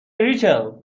ریچل